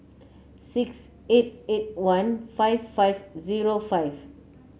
six eight eight one five five zero five